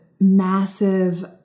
massive